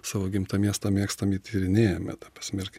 savo gimtą miestą mėgstam ir tyrinėjame ta prasme kad